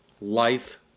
life